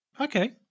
Okay